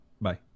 bye